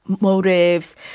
motives